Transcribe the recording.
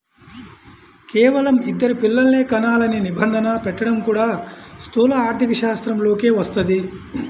కేవలం ఇద్దరు పిల్లలనే కనాలనే నిబంధన పెట్టడం కూడా స్థూల ఆర్థికశాస్త్రంలోకే వస్తది